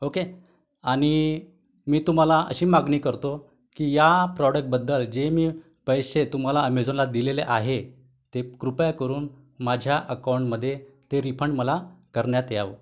okay आणि मी तुम्हाला अशी मागणी करतो की या प्रॉडक्टबद्दल जे मी पैसे तुम्हाला ॲमेझॉनला दिलेले आहे ते कृपया करून माझ्या अकाउंटमध्ये ते रिफंड मला करण्यात यावं